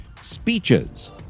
speeches